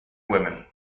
women